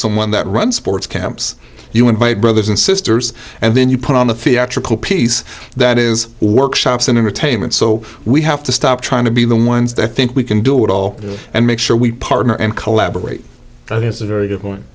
someone that runs sports camps you invite brothers and sisters and then you put on a theatrical piece that is workshops and entertainment so we have to stop trying to be the ones that i think we can do it all and make sure we partner and collaborate there's a very good point